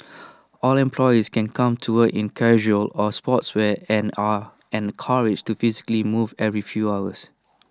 all employees can come to work in casual or sportswear and are encouraged to physically move every few hours